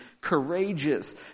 courageous